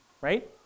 right